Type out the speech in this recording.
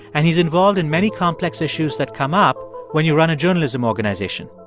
and he's involved in many complex issues that come up when you run a journalism organization.